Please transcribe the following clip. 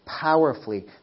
powerfully